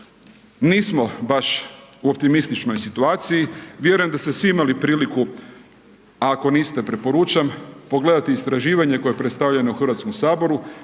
nismo baš u optimističnoj situaciji. Vjerujem da ste svi imali priliku, a ako niste, preporučam, pogledati istraživanje koje je predstavljeno u Hrvatskom saboru